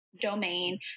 domain